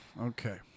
Okay